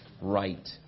right